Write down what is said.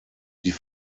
die